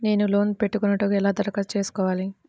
నేను లోన్ పెట్టుకొనుటకు ఎలా దరఖాస్తు చేసుకోవాలి?